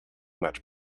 much